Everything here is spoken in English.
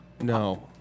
No